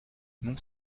non